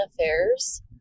affairs